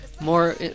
more